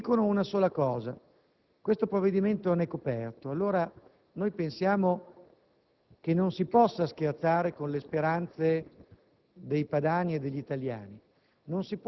ed altri economisti, che dicono una sola cosa: questo provvedimento non è coperto. Allora, noi pensiamo che non si possa scherzare con le speranze